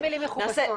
לא מילים מכובסות.